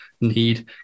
need